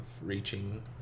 reaching